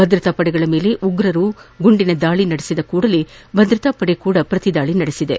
ಭದ್ರತಾ ಪಡೆಯ ಮೇಲೆ ಉಗ್ರರು ಗುಂಡಿನ ದಾಳಿ ನಡೆಸಿದಾಗ ತಕ್ಷಣ ಭದ್ರತಾ ಪಡೆ ಕೂಡ ಪ್ರತಿದಾಳಿ ನಡೆಸಿದೆ